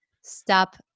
Stop